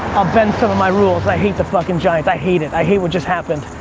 i'll bend some of my rules, i hate the fucking giants. i hate it, i hate what just happened,